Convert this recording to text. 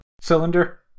cylinder